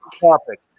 topic